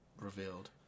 revealed